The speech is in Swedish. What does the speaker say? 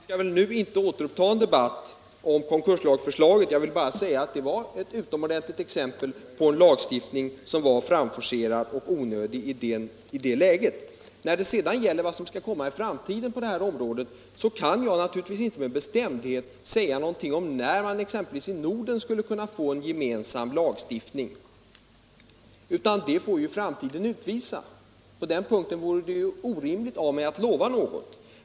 Herr talman! Vi skall väl nu inte återuppta en debatt om konkurrenslagförslaget. Jag vill bara säga att det var ett utomordentligt exempel på en lagstiftning som var framforcerad och onödig i det läget. När det sedan gäller vad som skall komma i framtiden på detta område kan jag naturligtvis inte med bestämdhet säga någonting om när man exempelvis i Norden skulle kunna få en gemensam lagstiftning. Det får ju framtiden utvisa. På den punkten vore det orimligt av mig att lova något.